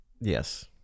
Yes